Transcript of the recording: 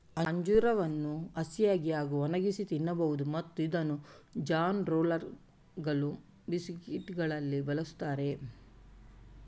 ಅಂಜೂರವನ್ನು ಹಸಿಯಾಗಿ ಹಾಗೂ ಒಣಗಿಸಿ ತಿನ್ನಬಹುದು ಮತ್ತು ಇದನ್ನು ಜಾನ್ ರೋಲ್ಗಳು, ಬಿಸ್ಕೆಟುಗಳಲ್ಲಿ ಬಳಸುತ್ತಾರೆ